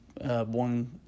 one